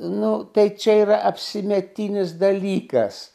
nu tai čia yra apsimetinis dalykas